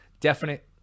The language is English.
definite